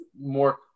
More